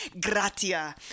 gratia